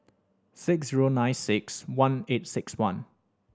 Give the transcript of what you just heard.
six zero nine six one eight six one